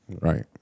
Right